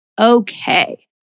Okay